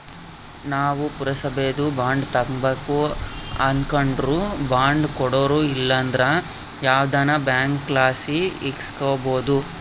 ನಾವು ಪುರಸಬೇದು ಬಾಂಡ್ ತಾಂಬಕು ಅನಕಂಡ್ರ ಬಾಂಡ್ ಕೊಡೋರು ಇಲ್ಲಂದ್ರ ಯಾವ್ದನ ಬ್ಯಾಂಕ್ಲಾಸಿ ಇಸ್ಕಬೋದು